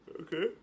Okay